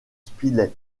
spilett